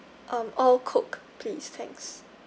um all coke please thanks